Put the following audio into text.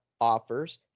offers